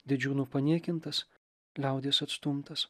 didžiūnų paniekintas liaudies atstumtas